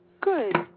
Good